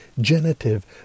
genitive